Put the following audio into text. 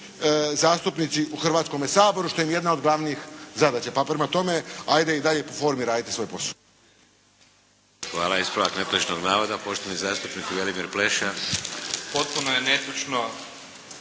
zastupnici u Hrvatskome saboru što im je jedna od glavnih zadaća. Pa prema tome, ajde i dalje po formi radite svoj posao.